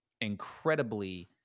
incredibly